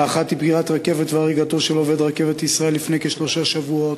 האחת היא פגיעת רכבת והריגתו של עובד רכבת ישראל לפני כשלושה שבועות,